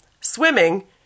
swimming